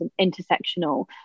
intersectional